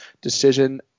decision